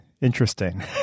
interesting